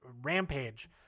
rampage